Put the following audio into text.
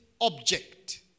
object